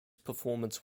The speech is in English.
performance